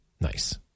Nice